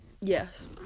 Yes